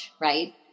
right